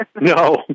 No